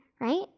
Right